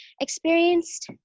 experienced